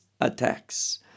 attacks